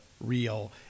real